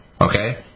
okay